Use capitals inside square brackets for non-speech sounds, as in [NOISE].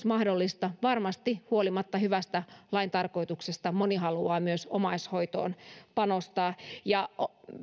[UNINTELLIGIBLE] mahdollista varmasti huolimatta hyvästä lain tarkoituksesta moni haluaa myös omaishoitoon panostaa ja